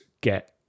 get